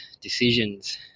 decisions